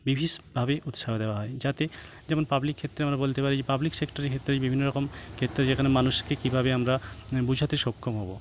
বিভিন্ন ভাবেই উৎসাহ দেওয়া হয় যাতে যেমন পাবলিক ক্ষেত্রে আমরা বলতে পারি যে পাবলিক সেক্টরের ক্ষেত্রে বিভিন্ন রকম ক্ষেত্রে যেখানে মানুষকে কীভাবে আমরা বোঝাতে সক্ষম হবো